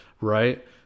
right